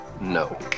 No